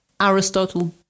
Aristotle